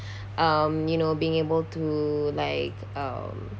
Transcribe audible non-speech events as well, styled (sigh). (breath) um you know being able to like uh